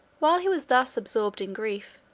while he was thus absorbed in grief,